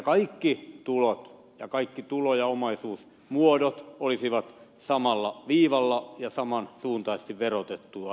sitten kaikkien tulojen kaikkien tulojen ja omaisuusmuotojen tulisi olla samalla viivalla ja saman suuntaisesti verotettuja